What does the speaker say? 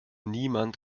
niemand